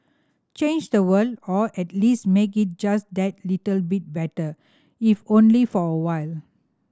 change the world or at least make it just that little bit better if only for a while